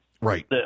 Right